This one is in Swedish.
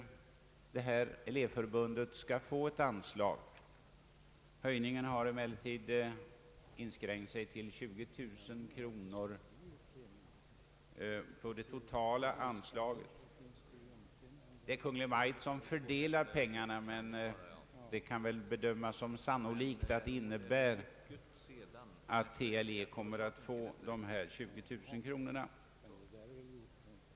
bidrag till vissa elevorganisationer detta elevförbund skall få bidrag, men höjningen har inskränkt sig till 20 000 kronor av det totala anslaget. Det är Kungl. Maj:t som fördelar pengarna, men det kan väl bedömas som sannolikt att detta innebär att TLE kommer att få ett bidrag av 20000 kronor.